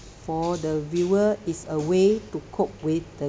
for the viewer is a way to cope with the